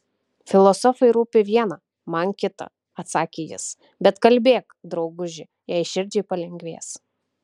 filosofui rūpi viena man kita atsakė jis bet kalbėk drauguži jei širdžiai palengvės